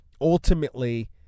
ultimately